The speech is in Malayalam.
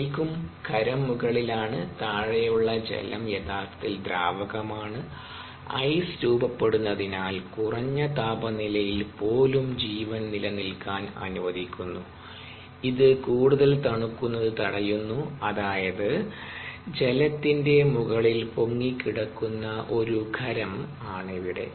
ശരിക്കും ഖരം മുകളിൽ ആണ് താഴെയുള്ള ജലം യഥാർത്ഥത്തിൽ ദ്രാവകമാണ് ഐസ് രൂപപ്പെടുന്നതിനാൽ കുറഞ്ഞ താപനിലയിൽ പോലും ജീവൻ നിലനിൽക്കാൻ അനുവദിക്കുന്നു ഇത് കൂടുതൽ തണുക്കുന്നത് തടയുന്നു അതായത് ജലത്തിന്റെ മുകളിൽ പൊങ്ങിക്കിടക്കുന്ന ഒരു ഖരം ആണിവിടെ